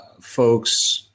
folks